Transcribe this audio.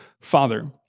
Father